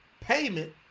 payment